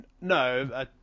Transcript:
No